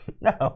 No